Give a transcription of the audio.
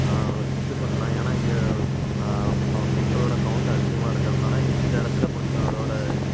இது பண்ணலாம் ஏன்னா இங்கே மக்களோட கவுண்ட் அதிகமாக இருக்கிறனால இந்த இடத்துல கொஞ்சம் அதோடய